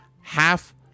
half